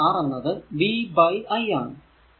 അപ്പോൾ R എന്നത് v by i ആണ്